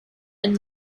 and